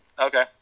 Okay